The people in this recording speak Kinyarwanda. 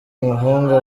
muhungu